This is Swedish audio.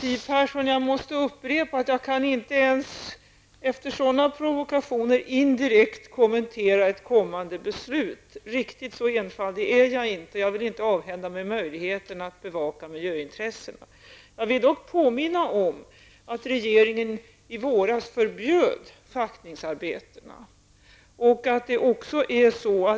Herr talman! Jag måste upprepa, Siw Persson, att jag inte ens efter sådana provokationer, indirekt kan kommentera ett kommande beslut. Riktigt så enfaldig är jag inte. Jag vill inte avhända mig möjligheten att bevaka miljöintressena. Jag vill dock påminna om att regeringen i våras förbjöd schaktningsarbetena.